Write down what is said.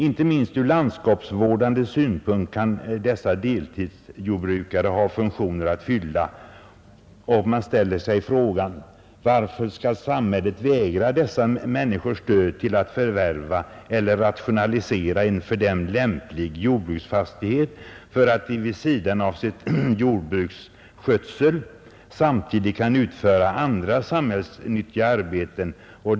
Inte minst ur landskapsvårdande synpunkt kan dessa deltidsjordbrukare ha funktioner att fylla, och man ställer sig därför frågan: Varför skall samhället vägra dessa människor stöd för att förvärva eller rationalisera en för dem lämplig jordbruksfastighet, så att de vid sidan av skötseln av sitt jordbruk kan utföra andra samhällsnyttiga arbeten?